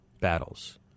Battles